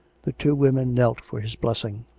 the two women knelt for his blessing.